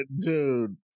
dude